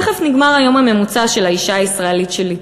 תכף נגמר היום הממוצע של האישה הישראלית שלי.